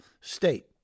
state